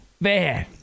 Man